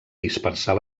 dispersar